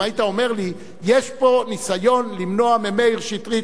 אם היית אומר לי שיש פה ניסיון למנוע ממאיר שטרית,